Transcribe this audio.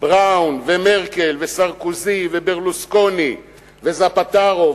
בראון ומרקל וסרקוזי וברלוסקוני וספאטרו,